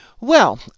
Well